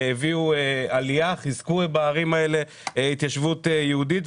הביאו עלייה וחיזקו בערים האלה התיישבות יהודית.